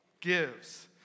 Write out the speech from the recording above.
Gives